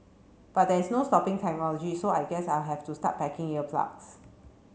but there's no stopping technology so I guess I'll have to start packing ear plugs